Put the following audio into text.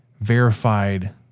verified